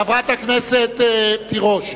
חברת הכנסת תירוש,